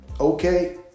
Okay